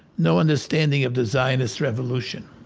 no understanding of the zionist revolution